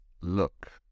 look